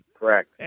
Correct